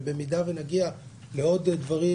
ובמידה ונגיע לעוד דברים